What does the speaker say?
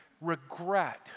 regret